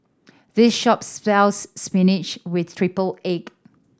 this shop sells spinach with triple egg